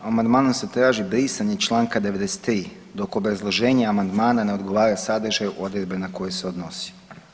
Amandmanom se traži brisanje čl. 93, dok obrazloženje amandmana ne odgovara sadržaju odredbe na koju se odnosi.